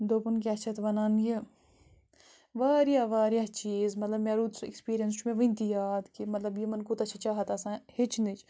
دوٚپُن کیٛاہ چھِ اَتھ وَنان یہِ واریاہ واریاہ چیٖز مطلب مےٚ روٗد سُہ اٮ۪کسپیٖرِیَنٕس چھُ مےٚ وٕنۍ تہِ یاد کہِ مطلب یِمَن کوٗتاہ چھِ چاہَت آسان ہیٚچھنٕچ